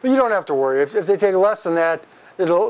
when you don't have to worry if they take a lesson that it'll